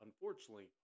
unfortunately